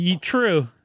True